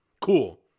Cool